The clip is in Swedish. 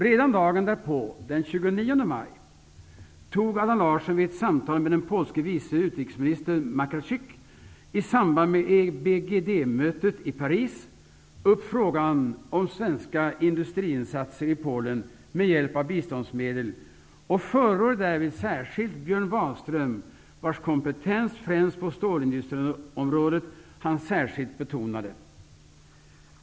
Redan dagen därpå, den 29 maj, tog Allan Larsson vid ett samtal med den polske vice utrikesministern Makarczyk i samband med EBRD-mötet i Paris upp frågan om svenska industriinsatser i Polen med hjälp av biståndsmedel. Han förordade därvid särskilt Björn Wahlström, vars kompetens främst på stålindustriområdet han betonade särskilt.